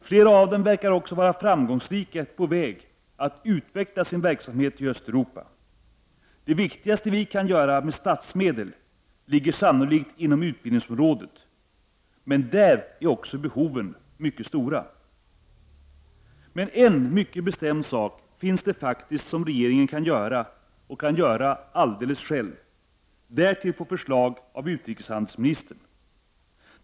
Flera av dem verkar också vara framgångsrikt på väg med att utveckla sin verksamhet i Östeuropa. Det viktigaste vi kan göra med statsmedel ligger sannolikt inom utbildningsområdet. Där är behoven dock mycket stora. Det finns en mycket bestämd sak som regeringen faktiskt kan göra, och kan göra alldeles själv — därtill på förslag av utrikeshandelsministern.